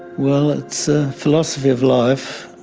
well, it's a philosophy of life.